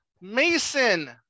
Mason